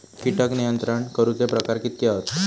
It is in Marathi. कीटक नियंत्रण करूचे प्रकार कितके हत?